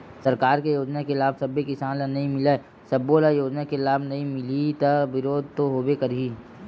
सरकार के योजना के लाभ सब्बे किसान ल नइ मिलय, सब्बो ल योजना के लाभ नइ मिलही त बिरोध तो होबे करही